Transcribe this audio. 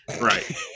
right